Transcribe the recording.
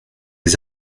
des